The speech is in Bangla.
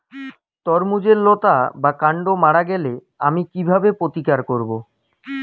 তরমুজের লতা বা কান্ড মারা গেলে আমি কীভাবে প্রতিকার করব?